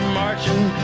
marching